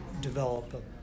develop